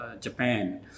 Japan